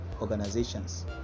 organizations